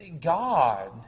God